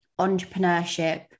entrepreneurship